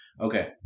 Okay